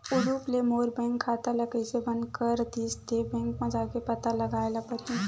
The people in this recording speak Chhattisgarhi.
उदुप ले मोर बैंक खाता ल कइसे बंद कर दिस ते, बैंक म जाके पता लगाए ल परही